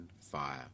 fire